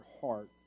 heart